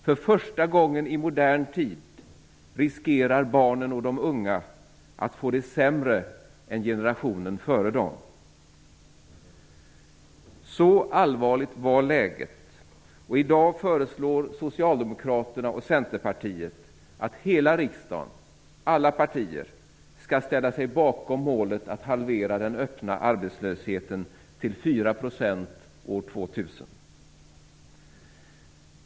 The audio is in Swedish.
För första gången i modern tid riskerar barnen och de unga att få det sämre än generationen före dem. Så allvarligt var läget. I dag föreslår socialdemokraterna och centerpartiet att hela riksdagen, alla partier, skall ställa sig bakom målet att halvera den öppna arbetslösheten till 4 % till år 2000.